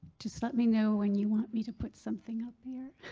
just let me know when you want me to put something up there.